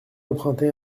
emprunter